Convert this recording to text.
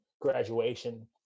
graduation